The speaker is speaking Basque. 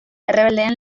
errebeldeen